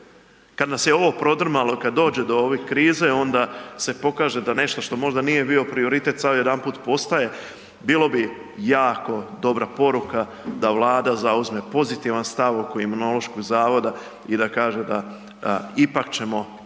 Kad nas je ovo prodrmalo i kad dođe do ovih krize onda se pokaže da nešto što možda nije bio prioritet sad odjedanput postaje, bilo bi jako dobra poruka da Vlada zauzme pozitivan stav oko Imunološkog zavoda i da kaže da ipak ćemo